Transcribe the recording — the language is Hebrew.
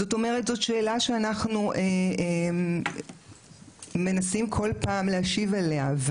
זאת שאלה שאנחנו מנסים כל פעם להשיב עליה.